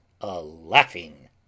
a-laughing